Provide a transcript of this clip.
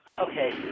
Okay